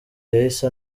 yahise